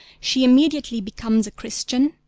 she immediately becomes a christian,